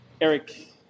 Eric